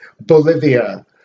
Bolivia